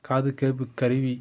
காதுகேட்பு கருவி